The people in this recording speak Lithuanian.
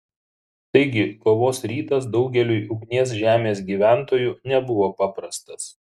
taigi kovos rytas daugeliui ugnies žemės gyventojų nebuvo paprastas